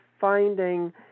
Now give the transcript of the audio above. finding